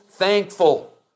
thankful